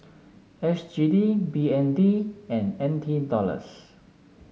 S G D B N D and N T Dollars